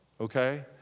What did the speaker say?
okay